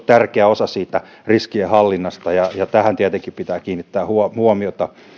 tärkeä osa siitä riskienhallinnasta ja tähän tietenkin pitää kiinnittää huomiota